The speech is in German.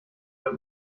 der